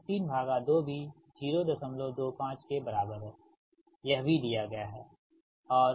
और यह y132 भी 025 के बराबर है यह भी दिया गया है